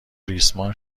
ریسمان